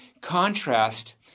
contrast